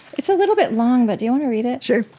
it's a little bit long, but do you want to read it? sure.